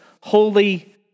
holy